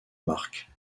marque